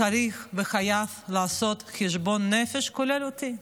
צריך וחייב לעשות חשבון נפש, כולל אני.